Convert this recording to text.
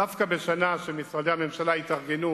דווקא בשנה שבה משרדי הממשלה התארגנו